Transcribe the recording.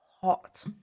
hot